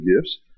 gifts